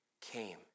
came